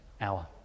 hour